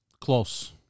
Close